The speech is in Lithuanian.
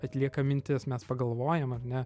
atlieka mintis mes pagalvojam ar ne